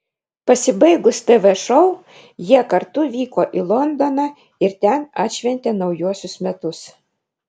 pasibaigus tv šou jie kartu vyko į londoną ir ten atšventė naujuosius metus